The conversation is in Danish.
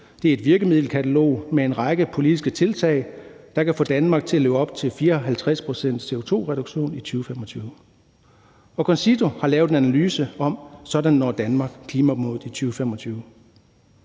Det er et virkemiddelkatalog med en række politiske tiltag, der kan få Danmark til at leve op til en 54-procents-CO2-reduktion i 2025. Og CONCITO har lavet en analyse, der handler om, at sådan når Danmark klimamålet i 2025.